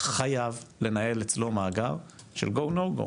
חייב לנהל אצלו מאגר של ה-"go/no go".